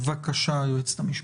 בבקשה, היועצת המשפטית.